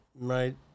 right